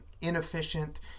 inefficient